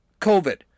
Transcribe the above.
COVID